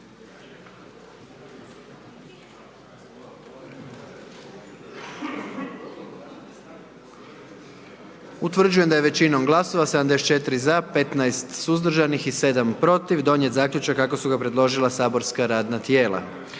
Utvrđujem da je većinom glasova, 76 za, 10 suzdržanih i 9 protiv donijet zaključak kako su je predložilo matično saborsko radno tijelo.